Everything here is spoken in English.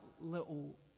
little